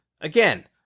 again